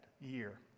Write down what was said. year